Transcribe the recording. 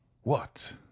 What